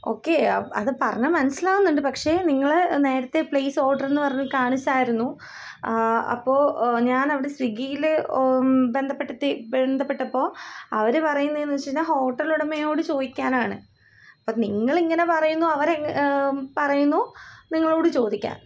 okay അ അത് പറഞ്ഞത് മനസ്സിലാവുന്നുണ്ട് പക്ഷെ നിങ്ങള് നേരത്തെ പ്ലേസ് ഓർഡറെന്ന് പറഞ്ഞു കാണിച്ചായിരുന്നു അപ്പോള് ഞാൻ അവിടെ സ്വിഗ്ഗിയില് ബന്ധപ്പെടുത്തി ബന്ധപ്പെട്ടപ്പോള് അവര് പറയുന്നേന്നുവെച്ചുകഴിഞ്ഞാല് ഹോട്ടലുടമയോട് ചോദിക്കാനാണ് അപ്പോള് നിങ്ങളിങ്ങനെ പറയുന്നു അവര് പറയുന്നു നിങ്ങളോടു ചോദിക്കാൻ